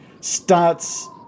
starts